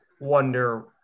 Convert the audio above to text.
wonder